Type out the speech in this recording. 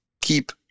keep